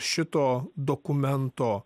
šito dokumento